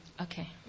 Okay